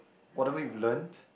whatever you've learnt